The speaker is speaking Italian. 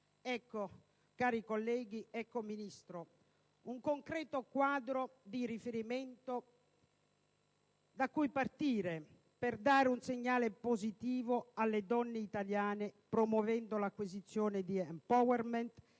Ecco, cari colleghi, signora Ministro, un concreto quadro di riferimento da cui partire per dare un segnale positivo alle donne italiane, promuovendo l'acquisizione di *empowerment* e